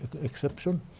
exception